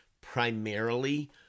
primarily